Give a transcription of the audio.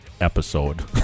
episode